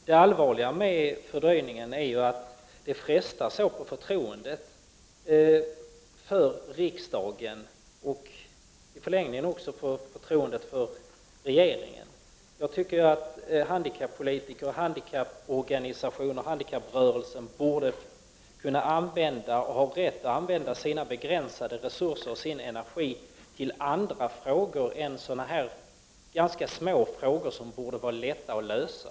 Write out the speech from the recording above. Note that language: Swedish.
Det allvarliga med fördröjningen är att den frestar på förtroendet för riksdagen och i förlängningen också på förtroendet för regeringen. Jag tycker att handikappolitiker och företrädare för handikapprörelsen borde ha rätt att använda sina begränsade resurser och sin energi åt annat än sådana här ganska små frågor, som borde vara lätta att lösa.